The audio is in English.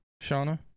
Shauna